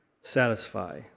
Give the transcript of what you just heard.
satisfy